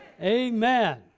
Amen